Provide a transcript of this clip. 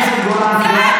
אנשים מתים, הוא צעק.